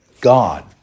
God